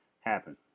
happen